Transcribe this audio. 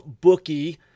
bookie